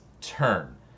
turn